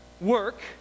work